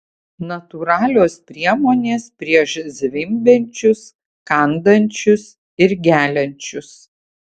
natūralios priemonės prieš zvimbiančius kandančius ir geliančius